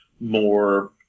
more